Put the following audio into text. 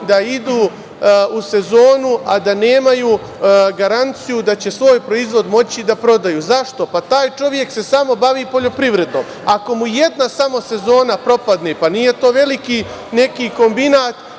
da idu u sezonu a da nemaju garanciju da će svoj proizvod moći da prodaju. Zašto? Pa, taj čovek se samo bavi poljoprivredom. Ako mu jedna samo sezona propadne, pa nije to veliki neki kombinat